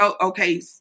okay